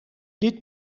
dit